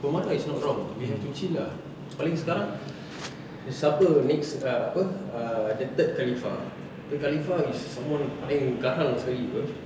bermakna it's not wrong we have to chill lah paling sekarang siapa next ah apa err the third khalifah a khalifah is someone paling garang sekali [pe]